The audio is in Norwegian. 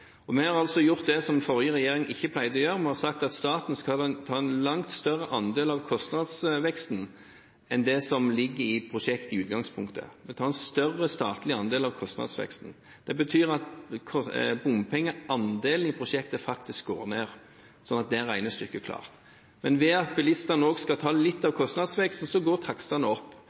Vi har gjort det som den forrige regjeringen ikke pleide å gjøre, vi har sagt at staten skal ta en langt større andel av kostnadsveksten enn det som lå i prosjektet i utgangspunktet. Vi tar en større statlig andel av kostnadsveksten. Det betyr at bompengeandelen i prosjektet går ned. Det regnestykket er klart. Men ved at også bilistene skal ta litt av kostnadsveksten, går takstene opp.